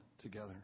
together